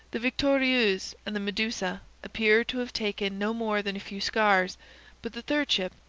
the victorieuse and the medusa appeared to have taken no more than a few scars but the third ship,